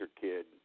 kid